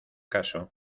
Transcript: caso